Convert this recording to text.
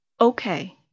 Okay